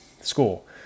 school